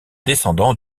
descendant